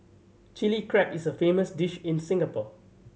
Chilli Crab is a famous dish in Singapore